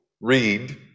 read